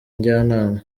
njyanama